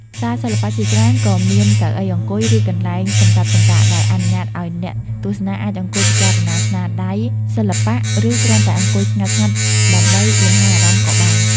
សាលសិល្បៈជាច្រើនក៏មានកៅអីអង្គុយ ឬកន្លែងសម្រាប់សម្រាក ដែលអនុញ្ញាតឲ្យអ្នកទស្សនាអាចអង្គុយពិចារណាស្នាដៃសិល្បៈ ឬគ្រាន់តែអង្គុយស្ងាត់ៗដើម្បីលំហែអារម្មណ៍ក៏បាន។